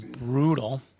brutal